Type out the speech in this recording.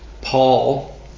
Paul